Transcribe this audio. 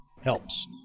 helps